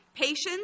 patience